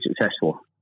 successful